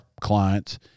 clients